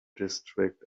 district